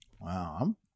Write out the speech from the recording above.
Wow